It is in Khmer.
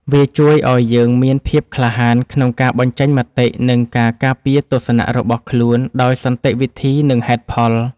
វាជួយឱ្យយើងមានភាពក្លាហានក្នុងការបញ្ចេញមតិ និងការការពារទស្សនៈរបស់ខ្លួនដោយសន្តិវិធី និងហេតុផល។